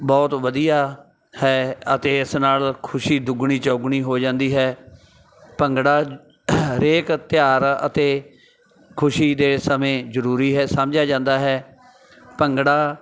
ਬਹੁਤ ਵਧੀਆ ਹੈ ਅਤੇ ਇਸ ਨਾਲ ਖੁਸ਼ੀ ਦੁੱਗਣੀ ਚੌਗੁਣੀ ਹੋ ਜਾਂਦੀ ਹੈ ਭੰਗੜਾ ਹਰੇਕ ਤਿਉਹਾਰ ਅਤੇ ਖੁਸ਼ੀ ਦੇ ਸਮੇਂ ਜ਼ਰੂਰੀ ਹੈ ਸਮਝਿਆ ਜਾਂਦਾ ਹੈ ਭੰਗੜਾ